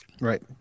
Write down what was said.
Right